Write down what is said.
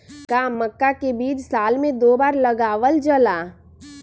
का मक्का के बीज साल में दो बार लगावल जला?